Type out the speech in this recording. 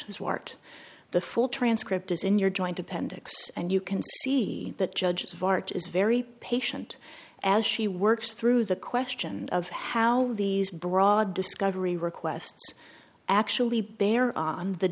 as wart the full transcript is in your joint appendix and you can see that judge of art is very patient as she works through the question of how these broad discovery requests actually bear on the